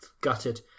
gutted